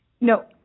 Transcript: No